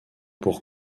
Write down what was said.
pour